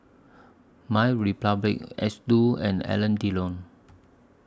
MyRepublic Xndo and Alain Delon